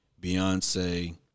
Beyonce